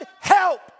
help